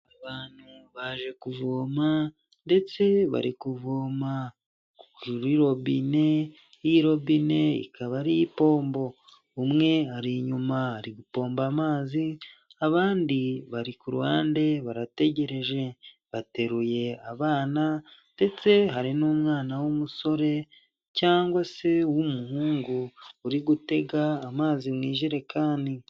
Abantu baje kuvoma ndetse bari kuvoma kuri robine iy'i robine ikaba ari iy'ipombo umwe ari inyuma ari gupomba amazi abandi bari ku ruhande barategereje bateruye abana ndetse hari n'umwana w'umusore cyangwa se w'umuhungu uri gutega amazi mu ijerekani.